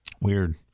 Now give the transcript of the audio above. Weird